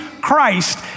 Christ